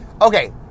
Okay